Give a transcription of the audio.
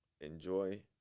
Enjoy